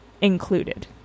included